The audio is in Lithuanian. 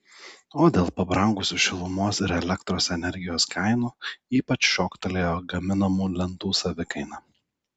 o dėl pabrangusių šilumos ir elektros energijos kainų ypač šoktelėjo gaminamų lentų savikaina